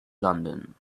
london